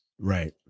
Right